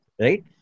right